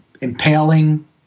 impaling